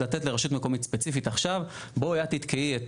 לתת לרשות מקומית ספציפית עכשיו בואי את תתקעי את